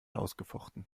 ausgefochten